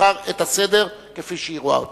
ותבחר את הסדר כפי היא רואה אותו.